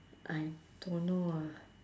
I don't know ah